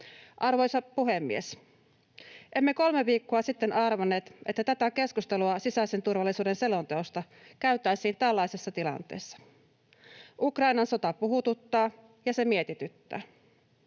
Arvoisa puhemies! Emme kolme viikkoa sitten arvanneet, että tätä keskustelua sisäisen turvallisuuden selonteosta käytäisiin tällaisessa tilanteessa. Ukrainan sota puhututtaa, ja se mietityttää.